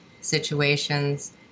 situations